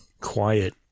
quiet